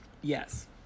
Yes